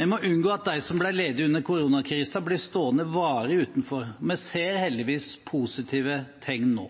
Vi må unngå at de som ble ledige under koronakrisen, blir stående varig utenfor, og vi ser heldigvis positive tegn nå.